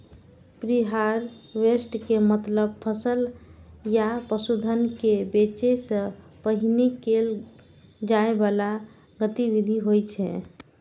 preharvest के मतलब फसल या पशुधन कें बेचै सं पहिने कैल जाइ बला गतिविधि होइ छै